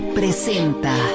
presenta